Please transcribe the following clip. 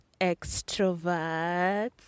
extroverts